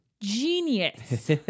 Genius